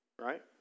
Right